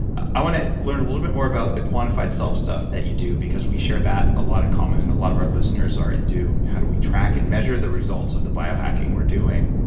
i want to learn a little bit more about the quantified self stuff that you do because we share that a lot in common and a lot of our listeners are and do, how do we track and measure the results of the bio hacking we're doing.